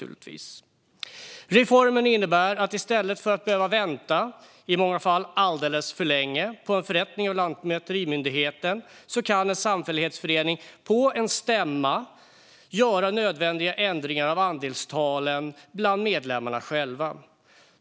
Reformen innebär att i stället för att behöva vänta, i många fall alldeles för länge, på en förrättning av lantmäterimyndigheten kan en samfällighetsförening på en stämma göra nödvändiga ändringar av andelstalen bland medlemmarna själva.